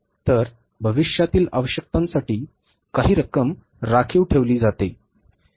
तर भविष्यातील आवश्यकतांसाठी काही रक्कम राखीव ठेवली जाते